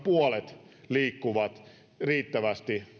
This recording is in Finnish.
puolet liikkuu riittävästi